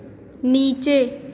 नीचे